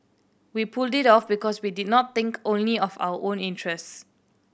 we pulled it off because we did not think only of our own interests